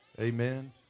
Amen